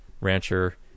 rancher